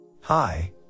Hi